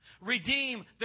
Redeem